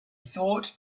thought